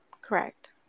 Correct